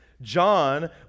John